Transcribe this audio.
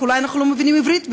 אולי אנחנו לא מבינים עברית,